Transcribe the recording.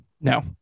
no